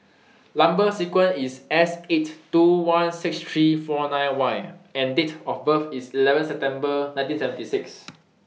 Number sequence IS Seighty two lakh sixteen thousand three hundred and forty nine Y and Date of birth IS eleven September one thousand nine hundred and seventy six